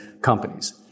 companies